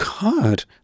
God